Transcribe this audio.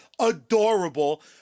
Adorable